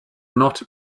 not